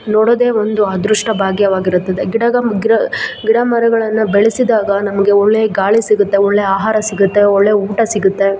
ನೋಡೋದೇ ಒಂದು ಅದೃಷ್ಟ ಭಾಗ್ಯವಾಗಿರುತ್ತೆ ಗಿಡಗ ಮುದ್ರ ಗಿಡಮರಗಳನ್ನು ಬೆಳೆಸಿದಾಗ ನಮಗೆ ಒಳ್ಳೆಯ ಗಾಳಿ ಸಿಗುತ್ತೆ ಒಳ್ಳೆ ಆಹಾರ ಸಿಗುತ್ತೆ ಒಳ್ಳೆ ಊಟ ಸಿಗುತ್ತೆ